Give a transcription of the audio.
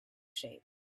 shape